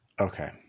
Okay